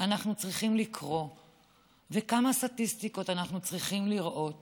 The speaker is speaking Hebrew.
אנחנו צריכים לקרוא וכמה סטטיסטיקות אנחנו צריכים לראות